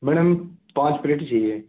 madam पाँच plate ही चाहिए